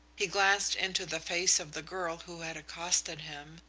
he glanced into the face of the girl who had accosted him,